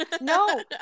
No